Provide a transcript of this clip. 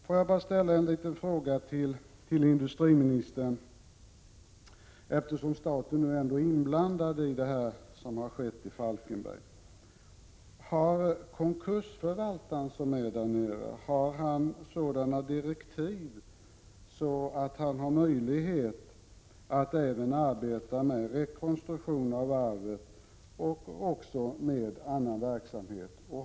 Låt mig bara ställa en liten fråga till industriministern, eftersom staten nu ändå är inblandad i det som har skett i Falkenberg: Har konkursförvaltaren sådana direktiv att han har möjlighet att arbeta även med en rekonstruktion av varvet och också överväga annan verksamhet?